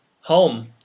home